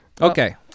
Okay